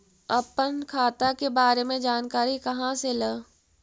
अपन खाता के बारे मे जानकारी कहा से ल?